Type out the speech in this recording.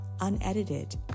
unedited